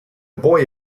boy